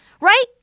right